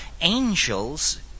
angels